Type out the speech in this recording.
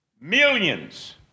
millions